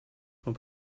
from